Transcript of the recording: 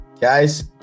Guys